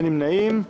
1 נמנעים,